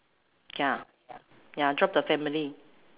ya ya drop the family